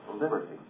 liberty